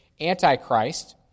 antichrist